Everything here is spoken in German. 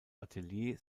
atelier